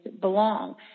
belong